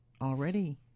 already